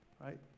right